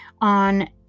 on